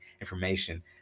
information